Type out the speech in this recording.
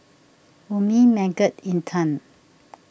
Ummi Megat and Intan